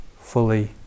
fully